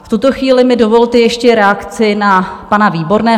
V tuto chvíli mi dovolte ještě reakci na pana Výborného.